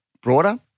broader